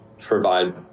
provide